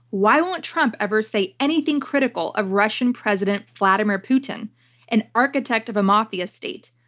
why won't trump ever say anything critical of russian president vladimir putin-an and architect of a mafia state,